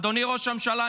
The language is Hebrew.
אדוני ראש הממשלה,